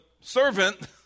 servant